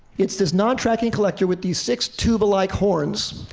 it's this non-tracking collector with these six tuba-like horns,